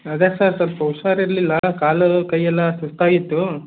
ಅದೇ ಸರ್ ಸ್ವಲ್ಪ ಹುಷಾರು ಇರಲಿಲ್ಲ ಕಾಲು ಕೈಯೆಲ್ಲ ಸುಸ್ತಾಗಿತ್ತು